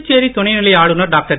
புதுச்சேரி துணைநிலை ஆளுனர் டாக்டர்